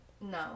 no